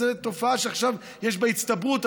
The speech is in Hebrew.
זו תופעה שעכשיו יש בה הצטברות,